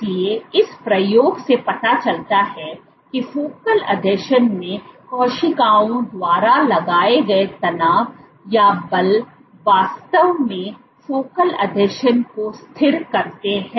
इसलिए इस प्रयोग से पता चलता है कि फोकल आसंजन में कोशिकाओं द्वारा लगाए गए तनाव या बल वास्तव में फोकल आसंजन को स्थिर करते हैं